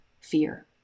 fear